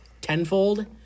tenfold